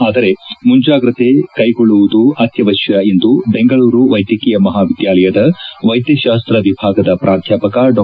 ಆದರೆ ಮುಂಜಾಗೃತೆ ಕೈಗೊಳ್ಳುವುದು ಅತ್ತವಶ್ಯ ಎಂದು ಬೆಂಗಳೂರು ವೈದ್ಯಕೀಯ ಮಹಾವಿದ್ಯಾಲಯದ ವೈದ್ಯಶಾಸ್ತ ವಿಭಾಗದ ಪ್ರಾಧ್ವಾಪಕ ಡಾ